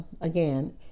again